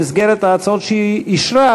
במסגרת ההצעות שהיא אישרה,